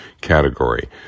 category